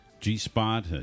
G-Spot